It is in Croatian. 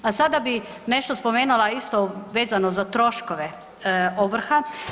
A sada bi nešto spomenula isto vezano za troškove ovrha.